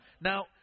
Now